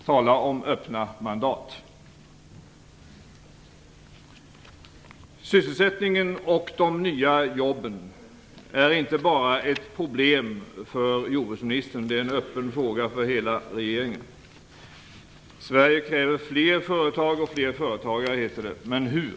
Tala om öppna mandat! Sysselsättningen och de nya jobben är inte bara ett problem för jordbruksministern - det är en öppen fråga för hela regeringen. Sverige kräver fler företag och fler företagare, heter det, men hur?